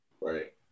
Right